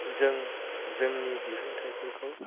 जों जोंनि दिहुन्थायफोरखौ